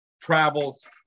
travels